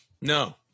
no